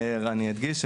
אני אדגיש,